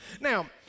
Now